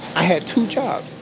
i had two jobs!